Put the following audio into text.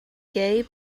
gay